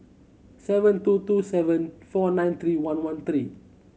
seven two two seven four nine three one one three